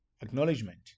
acknowledgement